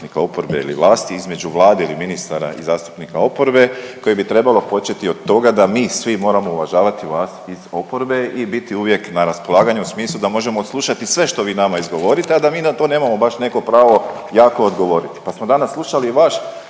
zastupnika oporbe ili vlasti i između Vlade i ministara i zastupnika oporbe, koje bi trebalo početi od toga da mi svi moramo uvažavati vas iz oporbe i biti uvijek na raspolaganju u smislu da možemo odslušati sve što vi nama izgovorite, a da mi na to nemamo baš neko pravo jako odgovoriti pa smo danas slušali i vaš